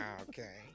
Okay